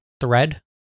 thread